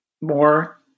more